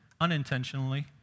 unintentionally